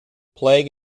plague